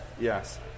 yes